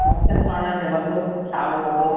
साठनि सौणनि में वॻो साओ वॻो